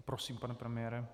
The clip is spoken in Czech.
Prosím, pane premiére.